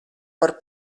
par